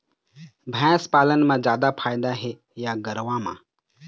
भैंस पालन म जादा फायदा हे या गरवा म?